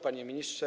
Panie Ministrze!